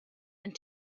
and